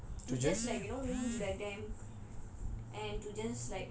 to just like you know like them and to just